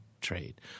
trade